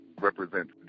represents